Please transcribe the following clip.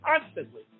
constantly